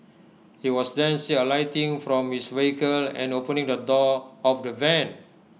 he was then see alighting from his vehicle and opening the door of the van